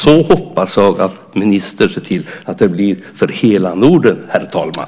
Så hoppas jag att ministern ser till att det blir för hela Norden, herr talman.